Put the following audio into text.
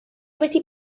wedi